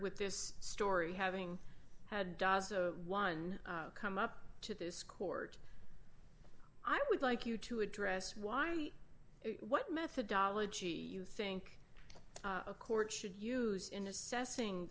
with this story having had does the one come up to this court i would like you to address why what methodology you think a court should use in assessing